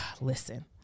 Listen